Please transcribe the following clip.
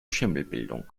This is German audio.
schimmelbildung